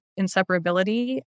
inseparability